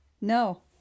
No